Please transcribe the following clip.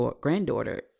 granddaughter